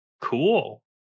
cool